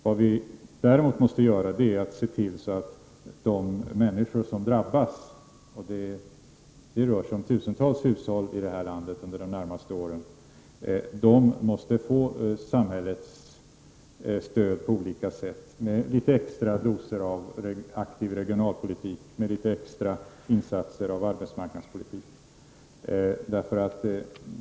Det vi däremot måste göra är att se till att de människor som drabbas -- det rör sig om tusentals hushåll i vårt land under det närmaste åren -- får samhällets stöd på olika sätt med litet extra doser av aktiv regionalpolitik och litet extra insatser av arbetsmarknadspolitik.